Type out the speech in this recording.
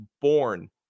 born